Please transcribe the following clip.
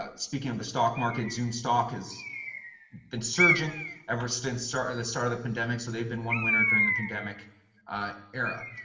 ah speaking of the stock market, zoom stock has been surging ever since the start of the pandemic. so they've been one winner during the pandemic era.